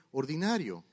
ordinario